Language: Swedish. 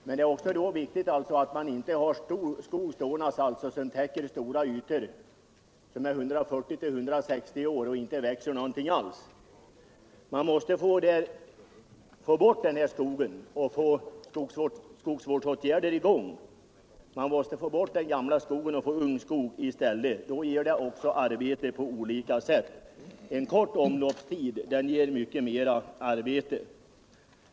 Men då är det också viktigt att man inte på stora ytor har skog stående som är 140—160 år gammal och inte växer någonting alls. Man måste få bort den gamla skogen, få i gång skogsvårdsåtgärder och få ung skog i stället — det ger också arbete på olika sätt. En kort omloppstid ger mycket mera arbete.